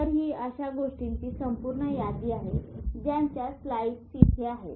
तर ही अशा गोष्टींची संपूर्ण यादी आहे ज्यांच्या स्लाईड्स येथे आहेत